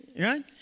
right